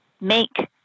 make